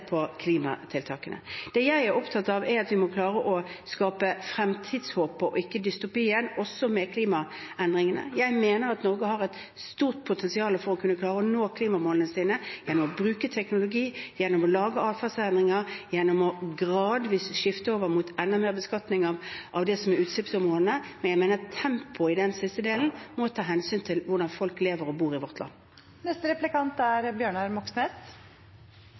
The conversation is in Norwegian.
på klimatiltakene. Det jeg er opptatt av, er at vi må klare å skape fremtidshåp og ikke dystopi også med klimaendringene. Jeg mener at Norge har et stort potensial for å kunne klare å nå klimamålene sine, gjennom å bruke teknologi, gjennom å lage adferdsendringer, gjennom gradvis å skifte over mot enda mer beskatning av utslippsområdene. Jeg mener tempoet i den siste delen må ta hensyn til hvordan folk lever og bor i vårt land. Når ambulanseflyene ikke er